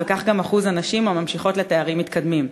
וכך גם אחוז הנשים הממשיכות לתארים מתקדמים.